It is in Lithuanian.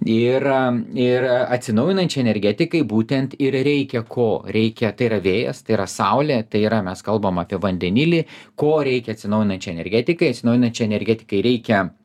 ir ir atsinaujinančiai energetikai būtent ir reikia ko reikia tai yra vėjas tai yra saulė tai yra mes kalbam apie vandenilį ko reikia atsinaujinančiai energetikai atsinaujinančiai energetikai reikia